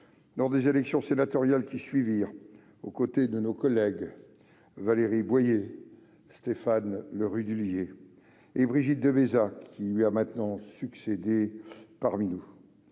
lors des élections sénatoriales qui suivirent, aux côtés de nos collègues Valérie Boyer, Stéphane Le Rudulier et Brigitte Devésa, qui lui a maintenant succédé parmi nous.